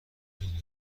میدونم